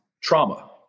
trauma